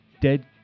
dead